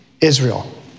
Israel